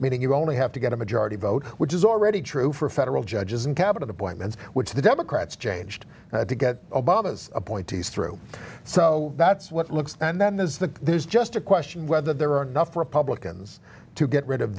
meaning you only have to get a majority vote which is already true for federal judges and cabinet appointments which the democrats changed to get obama's appointees through so that's what it looks and then there's the there's just a question whether there are enough republicans to get rid of